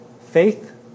faith